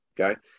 Okay